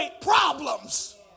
problems